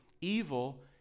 evil